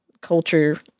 culture